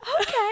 Okay